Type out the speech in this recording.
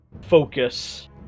Focus